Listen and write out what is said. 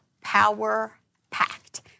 power-packed